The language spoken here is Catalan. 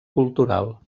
cultural